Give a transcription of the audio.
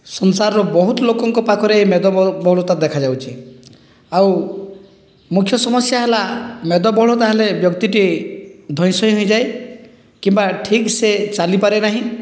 ସଂସାରର ବହୁତ ଲୋକଙ୍କ ପାଖରେ ଏହି ମେଦ ବହୁଳ ବହୁଳତା ଦେଖାଯାଉଛି ଆଉ ମୁଖ୍ୟ ସମସ୍ୟା ହେଲା ମେଦବହୁଳତା ହେଲେ ବ୍ୟକ୍ତିଟି ଧଇଁସଇଁ ହୋଇଯାଏ କିମ୍ଵା ଠିକ୍ସେ ଚାଲି ପାରେ ନାହିଁ